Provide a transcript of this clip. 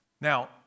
now